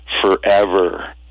Forever